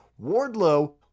wardlow